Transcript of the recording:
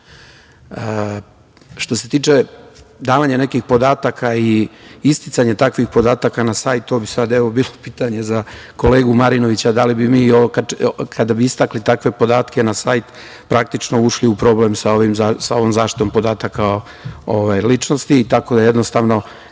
20%.Što se tiče davanja nekih podataka i isticanja takvih podataka na sajtu, to bi bilo pitanje za kolegu Marinovića, da li bi mi kada bi istakli takve podatke na sajt praktično ušli u problem sa ovom zaštitom podataka o ličnosti. To bi jednostavno